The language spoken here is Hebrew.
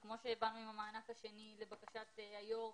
וכמו שבאנו עם המענק השני לבקשת היושב ראש,